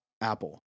Apple